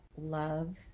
Love